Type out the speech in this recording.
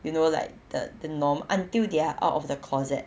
you know like the the norm until they're out of the closet